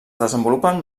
desenvolupen